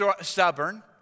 stubborn